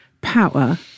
power